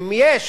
אם יש